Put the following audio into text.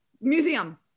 Museum